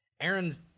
Aaron's